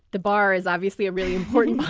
the bar is obviously a really important